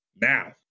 Now